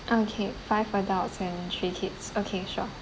okay five adults and three kids okay sure